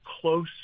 close